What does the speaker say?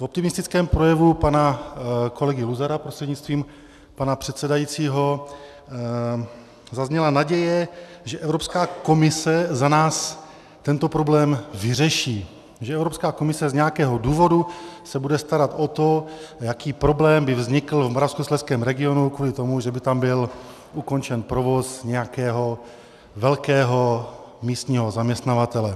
V optimistickém projevu pana kolegy Luzara prostřednictvím pana předsedajícího zazněla naděje, že Evropská komise za nás tento problém vyřeší, že Evropská komise z nějakého důvodu se bude starat o to, jaký problém by vznikl v Moravskoslezském regionu kvůli tomu, že by tam byl ukončen provoz nějakého velkého místního zaměstnavatele.